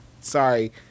Sorry